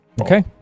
Okay